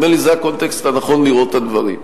נדמה לי שזה הקונטקסט הנכון לראות את הדברים,